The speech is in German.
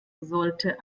sollte